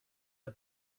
der